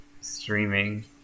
streaming